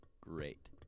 great